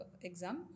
exam